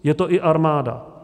Je to i armáda.